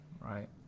right